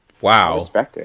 wow